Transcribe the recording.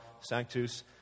sanctus